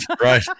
Right